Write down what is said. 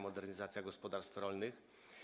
Modernizacja gospodarstw rolnych.